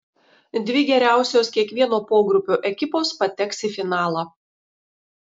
dvi geriausios kiekvieno pogrupio ekipos pateks į finalą